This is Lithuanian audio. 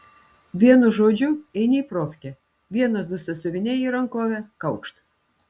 vienu žodžiu eini į profkę vienas du sąsiuviniai į rankovę kaukšt